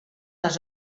les